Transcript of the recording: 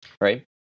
right